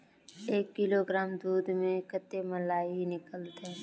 एक किलोग्राम दूध में कते मलाई निकलते?